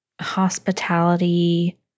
hospitality